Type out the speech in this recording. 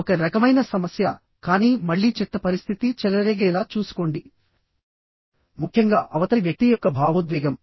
ఒక రకమైన సమస్య కానీ మళ్ళీ చెత్త పరిస్థితి చెలరేగేలా చూసుకోండి ముఖ్యంగా అవతలి వ్యక్తి యొక్క భావోద్వేగం